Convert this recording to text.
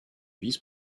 vice